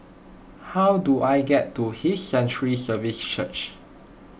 how do I get to His Sanctuary Services Church